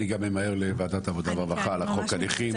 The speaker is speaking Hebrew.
אני גם ממהר לוועדת העבודה והרווחה על חוק הליכים.